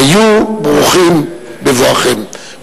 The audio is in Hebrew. היו ברוכים בבואכם.